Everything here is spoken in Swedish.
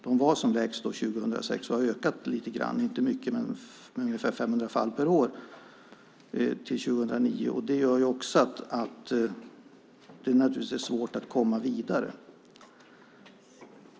De var som lägst 2006 och har ökat lite grann, inte mycket, men med ungefär 500 fall per år till 2009, och det gör också att det naturligtvis är svårt att komma vidare.